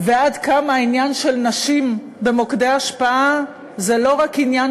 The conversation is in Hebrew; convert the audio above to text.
ועד כמה העניין של נשים במוקדי השפעה זה לא רק עניין